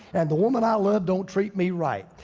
and the woman i love don't treat me right.